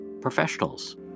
professionals